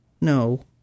No